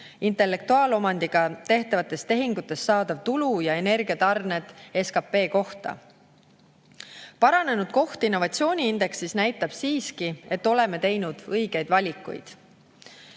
intellektuaalomandiga tehtavatest tehingutest saadav tulu ja energiatarned SKP kohta. Paranenud koht innovatsiooniindeksi tabelis näitab siiski, et oleme teinud õigeid valikuid.